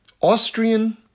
Austrian